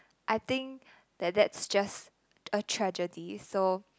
I think that that's just a tragedy so